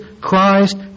Christ